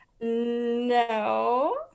No